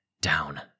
Down